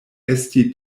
esti